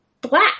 black